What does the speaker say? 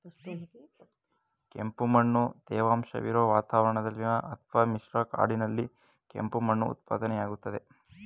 ಕೆಂಪುಮಣ್ಣು ತೇವಾಂಶವಿರೊ ವಾತಾವರಣದಲ್ಲಿ ಅತ್ವ ಮಿಶ್ರ ಕಾಡಿನಲ್ಲಿ ಕೆಂಪು ಮಣ್ಣು ಉತ್ಪತ್ತಿಯಾಗ್ತದೆ